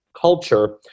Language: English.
culture